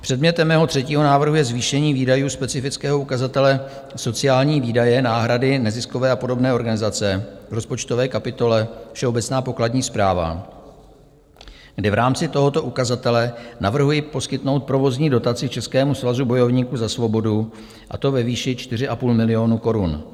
Předmětem mého třetího návrhu je zvýšení výdajů specifického ukazatele Sociální výdaje, náhrady, neziskové a podobné organizace v rozpočtové kapitole Všeobecná pokladní správa, kdy v rámci tohoto ukazatele navrhuji poskytnout provozní dotaci Českému svazu bojovníků za svobodu, a to ve výši 4,5 milionu korun.